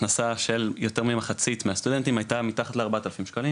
ההכנסה של יותר ממחצית מהסטודנטים במדינת ישראל,